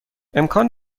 امکان